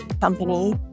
company